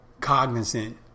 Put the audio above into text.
cognizant